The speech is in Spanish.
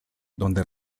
donde